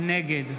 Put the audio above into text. נגד